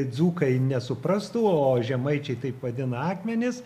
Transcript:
dzūkai nesuprastų o žemaičiai taip vadina akmenis